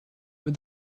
with